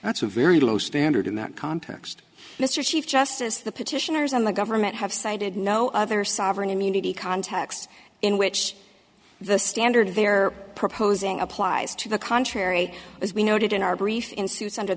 that's a very low standard in that context mr chief justice the petitioners and the government have cited no other sovereign immunity context in which the standard they're proposing applies to the contrary as we noted in our brief in suits under